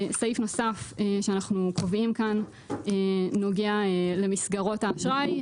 סעיף נוסף שאנחנו קובעים כאן נוגע למסגרות אשראי.